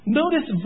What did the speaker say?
notice